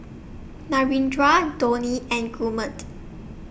Narendra Dhoni and Gurmeet